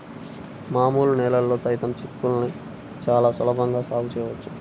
మామూలు నేలల్లో సైతం చిక్కుళ్ళని చాలా సులభంగా సాగు చేయవచ్చు